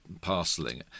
parceling